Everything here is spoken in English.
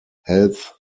health